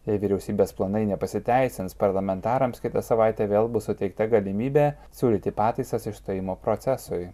jei vyriausybės planai nepasiteisins parlamentarams kitą savaitę vėl bus suteikta galimybė siūlyti pataisas išstojimo procesui